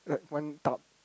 like one tub